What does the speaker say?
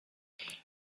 och